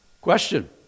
Question